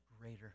greater